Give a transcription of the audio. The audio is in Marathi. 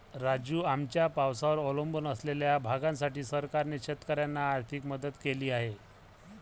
राजू, आमच्या पावसावर अवलंबून असलेल्या भागासाठी सरकारने शेतकऱ्यांना आर्थिक मदत केली आहे